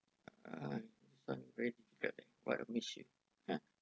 uh describe what to make you !huh!